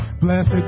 Blessed